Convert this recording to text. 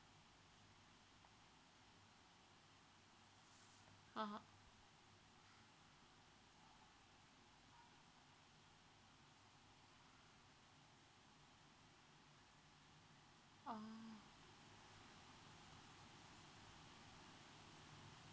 (uh huh) oh